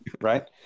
right